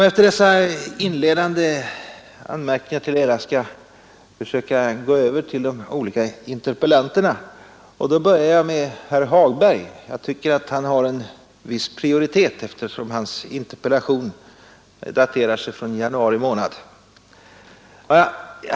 Efter dessa inledande anmärkningar går jag över till att kommentera de olika interpellanternas inlägg, och jag börjar med herr Hagberg. Han har en viss prioritet, eftersom hans interpellation framställdes i januari månad.